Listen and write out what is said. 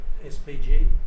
SPG